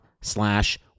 slash